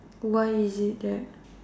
why is it that